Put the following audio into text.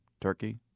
Turkey